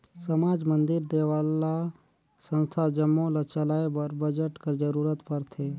समाज, मंदिर, देवल्ला, संस्था जम्मो ल चलाए बर बजट कर जरूरत परथे